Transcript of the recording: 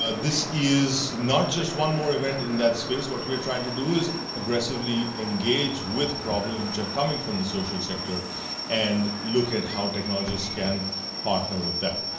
ah this is not just one more event in that space. what we are trying to do is aggressively engage with problems which are coming from the social sector and look at how technologies can partner with that.